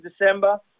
December